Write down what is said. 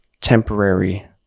temporary